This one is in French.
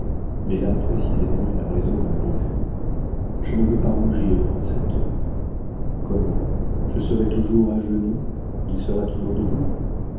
mais là précisément est la raison de mon refus je ne veux pas rougir devant cet homme comment je serai toujours à genoux il sera toujours debout